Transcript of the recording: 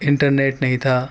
internet نہیں تھا